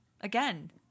Again